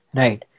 right